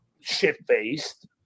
shit-faced